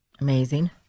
amazing